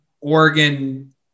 Oregon